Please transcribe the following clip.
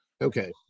okay